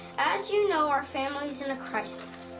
as you know, our family is in a crisis.